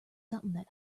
something